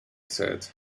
said